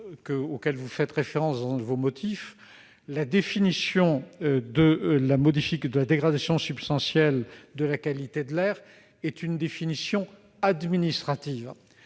auquel vous faites référence, la définition de la dégradation substantielle de la qualité de l'air est une définition administrative.